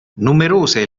numerose